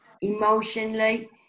emotionally